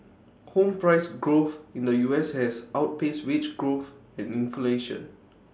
home price growth in the U S has outpaced wage growth and inflation